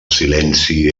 silenci